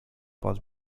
pod